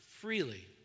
freely